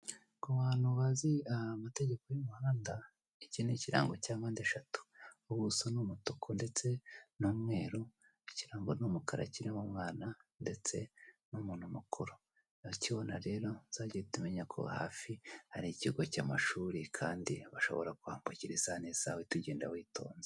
Ku bantu bazi amategeko y'umuhanda iki ni ikirango cya mpande eshatu, ubuso ni umutuku n'umweru. Ikirango ni umukara kirimo umwana ndetse n'umuntu mukuru, urakibona rero uzage uhita umenya ko hafi hari ikigo cy'amashuri kandi bashobora kuhambukira isaha n'isaha uhite ugenda witonze.